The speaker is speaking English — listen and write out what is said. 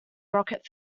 rocket